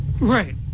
Right